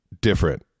different